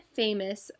famous